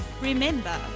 Remember